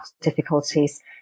difficulties